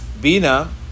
Bina